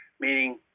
meaning